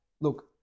look